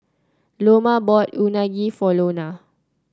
Loma bought Unagi for Lona